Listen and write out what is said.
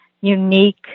unique